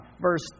verse